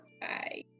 Bye